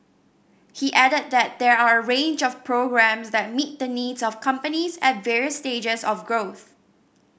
he added that there are a range of programmes that meet the needs of companies at various stages of growth